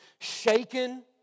Shaken